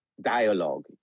dialogue